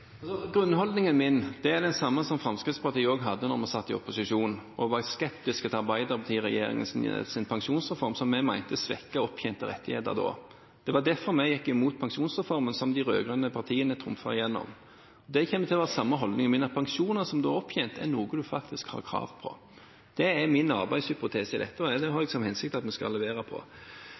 Grunnholdningen min er den samme som Fremskrittspartiet hadde da vi satt i opposisjon og var skeptiske til den rød-grønne regjeringens pensjonsreform, som vi mente svekket opptjente rettigheter da. Det var derfor vi gikk imot pensjonsreformen som de rød-grønne partiene trumfet igjennom. Min holdning kommer til å være den samme, at pensjoner som er opptjent, er noe man faktisk har krav på. Det er min arbeidshypotese i dette, og det har jeg til hensikt at vi skal levere på.